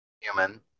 Human